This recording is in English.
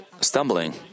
stumbling